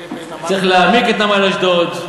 צריך להעמיק את נמל אשדוד,